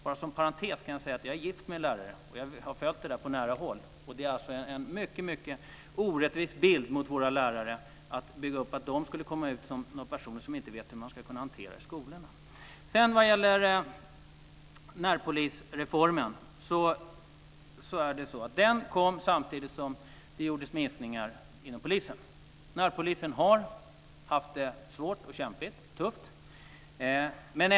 Inom parentes kan jag säga att jag är gift med en lärare, och jag har följt frågorna på nära håll. Det är en mycket orättvis bild man ger av våra lärare om man säger att de inte vet hur man ska hantera problem i skolorna. Närpolisreformen kom samtidigt som det gjordes neddragningar inom polisen. Närpolisen har haft det svårt och kämpigt.